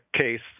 case